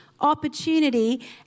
opportunity